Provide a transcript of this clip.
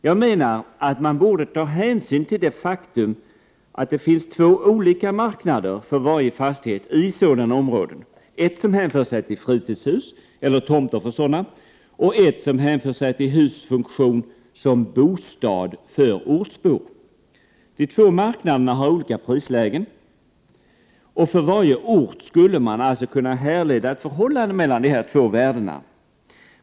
Jag menar att man borde ta hänsyn till det faktum att det finns två olika marknader för varje fastighet i sådana områden, en som hänför sig till fritidshus eller tomter för sådana och en som hänför sig till husets funktion som bostad för ortsbor. De två marknaderna har olika prislägen, och för varje ort skulle man kunna härleda ett förhållande mellan de två värdena.